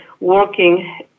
working